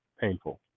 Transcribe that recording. painful